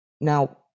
Now